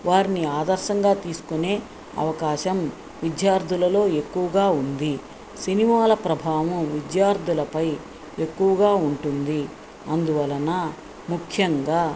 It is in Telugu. వారిని ఆదర్శంగా తీసుకునే అవకాశం విద్యార్థులలో ఎక్కువగా ఉంది సినిమాల ప్రభావం విద్యార్థులపై ఎక్కువగా ఉంటుంది అందువలన ముఖ్యంగా